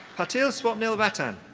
patil swapnil ratan.